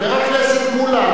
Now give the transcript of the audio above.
חבר הכנסת מולה,